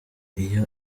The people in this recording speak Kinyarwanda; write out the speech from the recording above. iyo